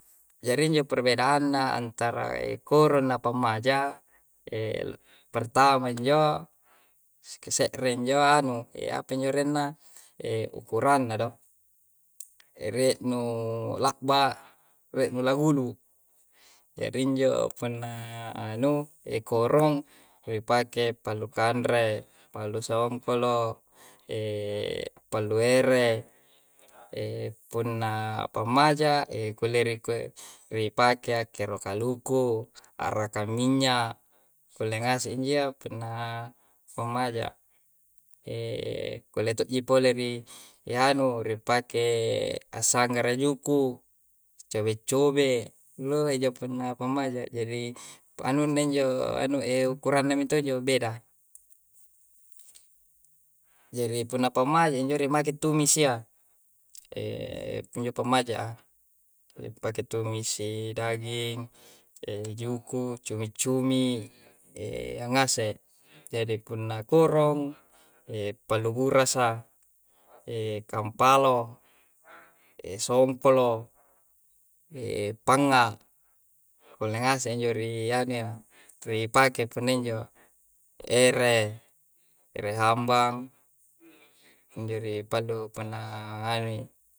Jari injo perbedaanna antara korong na pammaja'. pertama njo, se're injo, anu apa njo arenna? ukuranna do. rie' nu laabba' rie' nu la gulu'. Jari injo punna anu korong, ripake pallu kanre, pallu songkolo, pallu ere. punna pammaja' kulle ri kua, ri pake akkero kaluku, a'rakang minnya', kulle ngase injiyya. Punna pammaja'. kulle to'ji pole ri anu, ripake assanggara juku, cobe'-cobe'. Loheja punna pammaja' jari anunna njo, anu ekkuranna minto' injo beda. jari punna pammaja injo rimake ttumisi iyya. injo pammaja'a. Nipake ttumisi daging, juku, cumi-cumi, iyya ngase'. Jadi punna korong, pallu burasa, kampalo, songkolo, pangnga', kulle ngasei injo ri anuyya, ripake punna injo. Ere, ere hambang, injo ripallu punna nganu i.